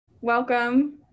Welcome